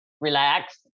relax